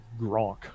gronk